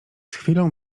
chwilą